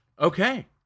Okay